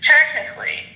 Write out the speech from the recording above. Technically